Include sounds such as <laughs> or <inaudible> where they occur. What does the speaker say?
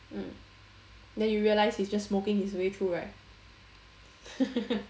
mm then you realize he's just smoking his way through right <laughs>